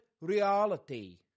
reality